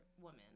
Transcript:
woman